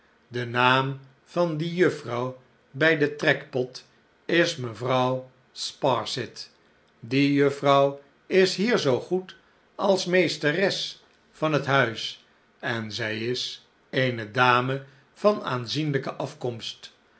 de naam van die juffrouw bij den trekpot is mevrouw sparsit die juffrouw is hier zoo goed als meesteres van het huis en zij is eene dame van aanzienlijke afkomst